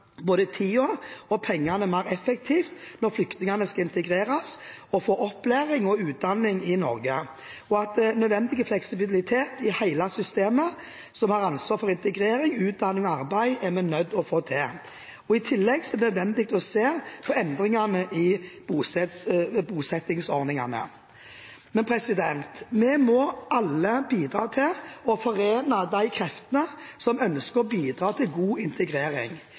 både tiden og pengene mer effektivt når flyktningene skal integreres og få opplæring og utdanning i Norge, og at nødvendig fleksibilitet i hele systemet som har ansvar for integrering, utdanning og arbeid, er vi nødt til å få til. I tillegg er det nødvendig å se på endringer i bosettingsordningene. Vi må alle bidra til å forene de kreftene som ønsker å bidra til god integrering.